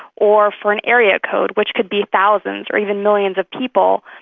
or for an area code, which could be thousands or even millions of people,